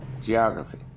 geography